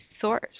source